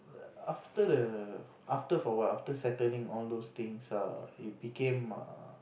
after the after for awhile after settling all those things err it became uh